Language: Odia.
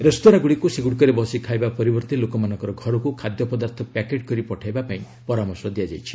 ରେସ୍ତୋରାଁଗୁଡ଼ିକୁ ସେଗୁଡ଼ିକରେ ବସି ଖାଇବା ପରିବର୍ଭେ ଲୋକମାନଙ୍କ ଘରକୁ ଖାଦ୍ୟପଦାର୍ଥ ପ୍ୟାକେଟ୍ କରି ପଠାଇବା ପାଇଁ ପରାମର୍ଶ ଦିଆଯାଇଛି